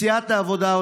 סיעת העבודה,